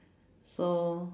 so